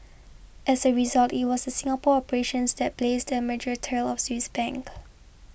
as a result it was Singapore operations that blazed the merger trail Swiss Bank